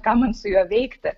ką man su juo veikti